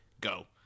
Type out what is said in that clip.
Go